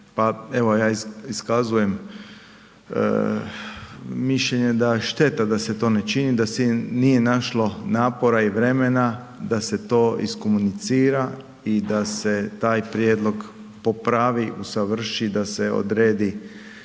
evo ja iskazujem mišljenje da šteta da se to ne čini, da se nije našlo napora i vremena da se to iskomunicira i da se taj prijedlog popravi, usavrši, da se odredi